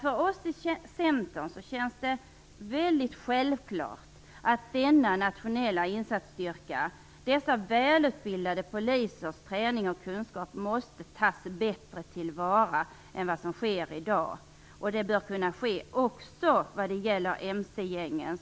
För oss i Centern känns det väldigt självklart att denna nationella insatsstyrka, dessa välutbildade polisers träning och kunskap, bättre måste tas till vara än vad som sker i dag. Det bör kunna ske också vad gäller mc-gängen.